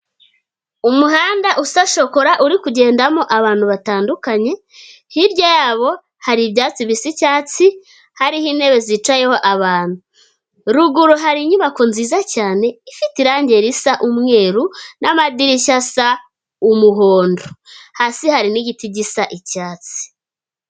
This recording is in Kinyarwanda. Umuhanda usa shokora uri kugendamo abantu batandukanye, hirya yabo hari ibyatsi bisa icyatsi, hariho intebe zicayeho abantu, ruguru hari inyubako nziza cyane, ifite irangi risa umweru n'amadirishya asa umuhondo, hasi hari n'igiti gisa icyatsi.